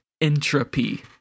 entropy